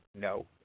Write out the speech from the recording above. No